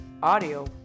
audio